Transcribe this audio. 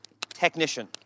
technician